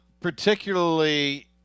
particularly